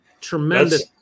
tremendous